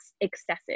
excessive